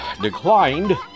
declined